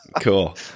cool